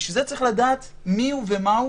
בשביל זה צריך לדעת מי הוא ומה הוא.